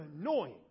annoying